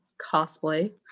cosplay